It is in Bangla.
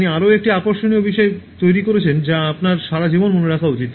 তিনি আরও একটি আকর্ষণীয় বিষয় তৈরি করেছেন যা আপনার সারা জীবন মনে রাখা উচিত